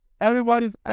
everybody's